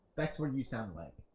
that's what you sound like.